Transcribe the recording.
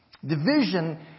Division